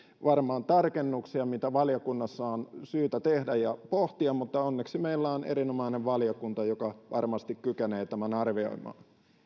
varmaan tarkennuksia mitä valiokunnassa on syytä tehdä ja pohtia onneksi meillä on erinomainen valiokunta joka varmasti kykenee tämän arvioimaan